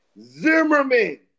Zimmerman